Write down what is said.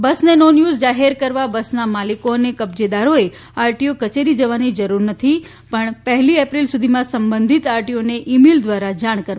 બસને નોનયુઝ જાહેર કરવા બસના માલિકો અને કબજેદરોએ આરટીઓ કચેરી જવાની જરૂર નથી પણ પહેલી એપ્રિલ સુધીમાં સંબંધિત આરટીઓને ઇ મેઇલ દ્વારા જાણ કરવાની રહેશે